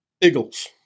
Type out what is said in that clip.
Eagles